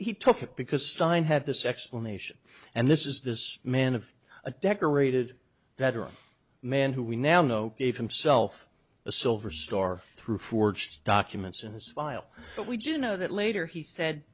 he took it because stein had this explanation and this is this man of a decorated veteran man who we now know gave himself a silver star through forged documents in his file but we didn't know that later he said